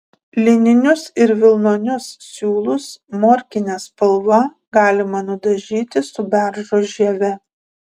lininius ir vilnonius siūlus morkine spalva galima nudažyti su beržo žieve